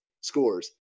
scores